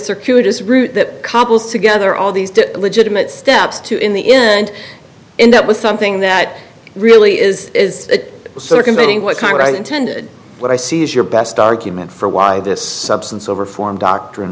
circuitous route that couples together all these different legitimate steps to in the end end up with something that really is is it circumventing what kind of i intended what i see as your best argument for why this substance over form doctrine